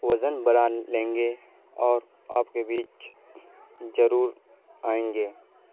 وزن بڑھا لیں گے اور آپ کے بیچ ضرور آئیں گے